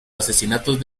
asesinatos